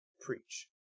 preach